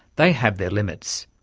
they have their limits.